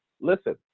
Listen